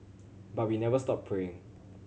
but we never stop praying